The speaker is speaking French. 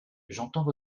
j’entends